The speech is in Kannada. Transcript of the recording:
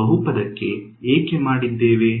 ಬಹುಪದಕ್ಕೆ ಏಕೆ ಮಾಡಿದ್ದೇವೆ